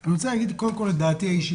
אני רוצה להגיד קודם כול את דעתי האישית.